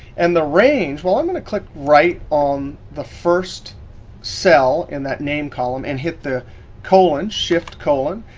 and the range, well, i'm gonna click right on the first cell in that name column and hit the colon, shift colon,